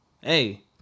hey